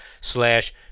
slash